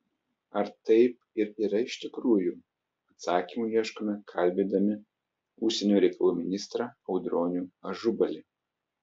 ar taip ir yra iš tikrųjų atsakymų ieškome kalbindami užsienio reikalų ministrą audronių ažubalį